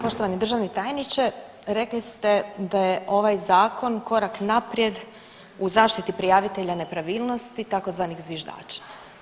Poštovani državni tajniče, rekli ste da je ovaj zakon korak naprijed u zaštiti prijavitelja nepravilnosti tzv. zviždača.